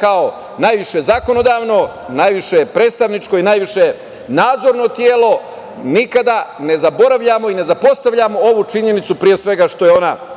kao najviše zakonodavno, najviše predstavničko i najviše nadzorno telo, nikada ne zaboravljamo i ne zapostavljamo ovu činjenicu, pre svega zato što je ona ustavna